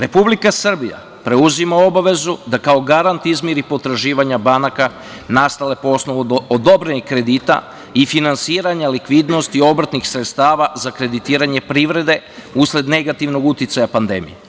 Republika Srbija preuzima obavezu da kao garant izmiri potraživanje banaka nastale po osnovu odobrenih kredita i finansiranje likvidnosti obrtnih sredstava za kreditiranje privrede usled negativnog uticaja pandemije.